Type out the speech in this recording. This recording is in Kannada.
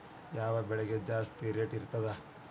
ಯಾವ ಬೆಳಿಗೆ ಜಾಸ್ತಿ ರೇಟ್ ಇರ್ತದ?